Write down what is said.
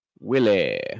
Willie